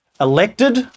Elected